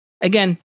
again